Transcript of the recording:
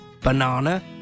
banana